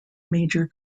major